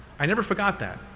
i never forgot that.